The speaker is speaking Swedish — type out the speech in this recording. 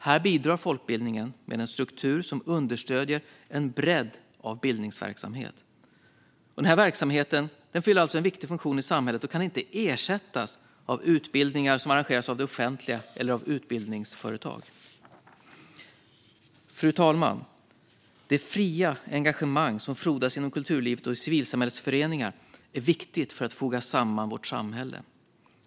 Här bidrar folkbildningen med en struktur som understöder en bredd av bildningsverksamhet. Denna verksamhet fyller alltså en viktig funktion i samhället och kan inte ersättas av utbildningar som arrangeras av det offentliga eller av utbildningsföretag. Fru talman! Det fria engagemang som frodas inom kulturlivet och i civilsamhällets föreningar är viktigt för att foga samman vårt samhälle.